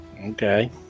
Okay